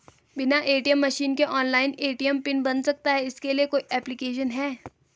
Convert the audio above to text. बिना ATM machine के online ATM pin बन सकता है इसके लिए कोई ऐप्लिकेशन है?